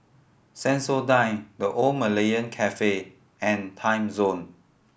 Sensodyne The Old Malaya Cafe and Timezone